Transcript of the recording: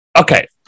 Okay